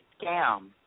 scam